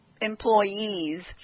employees